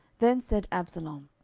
then said absalom,